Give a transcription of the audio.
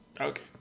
Okay